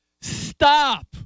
Stop